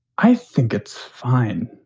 i think it's fine.